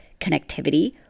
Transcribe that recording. connectivity